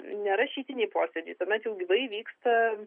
ne rašytiniai posėdžiai tuomet jau gyvai vyksta